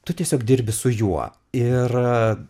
tu tiesiog dirbi su juo ir